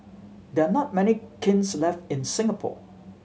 there are not many kilns left in Singapore